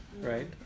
right